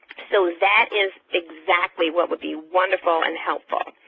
so that is exactly what would be wonderful and helpful.